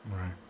Right